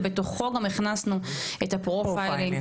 ובתוכו גם הכנסנו את ה"פרופיילינג".